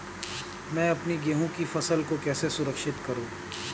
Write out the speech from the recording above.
मैं अपनी गेहूँ की फसल को कैसे सुरक्षित करूँ?